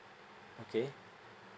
okay